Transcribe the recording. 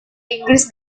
inggris